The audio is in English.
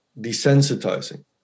desensitizing